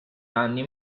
anni